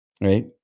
Right